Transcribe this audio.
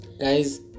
Guys